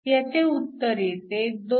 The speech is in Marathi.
ह्याचे उत्तर येते 2